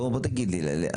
בוא תגיד לי מה המצב.